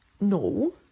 No